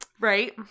Right